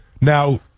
Now